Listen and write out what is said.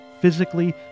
physically